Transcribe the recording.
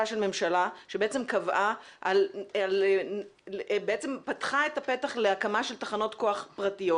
ממשלה שבעצם פתחה את הפתח להקמה של תחנות כוח פרטיות